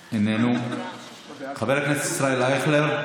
איננו, חבר הכנסת ישראל אייכלר,